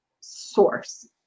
source